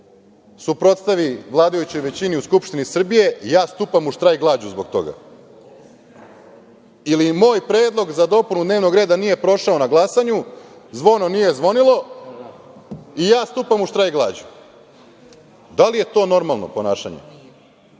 suprotstavi vladajućoj većini u Skupštini Srbije i ja stupam u štrajk glađu zbog toga. Ili moj predlog za dopunu dnevnog reda nije prošao na glasanju, zvono nije zvonilo i ja stupam u štrajk glađu. Da li je to normalno ponašanje?